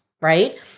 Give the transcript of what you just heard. right